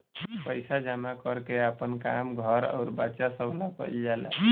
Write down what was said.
पइसा जमा कर के आपन काम, घर अउर बच्चा सभ ला कइल जाला